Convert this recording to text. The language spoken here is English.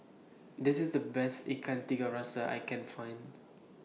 This IS The Best Ikan Tiga Rasa I Can Find